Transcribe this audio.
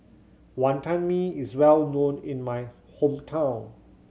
Wantan Mee is well known in my hometown